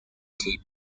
cape